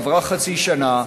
עברה חצי שנה,